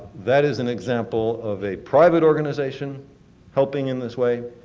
that is an example of a private organization helping in this way.